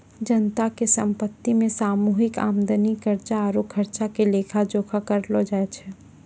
जनता के संपत्ति मे सामूहिक आमदनी, कर्जा आरु खर्चा के लेखा जोखा करलो जाय छै